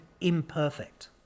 imperfect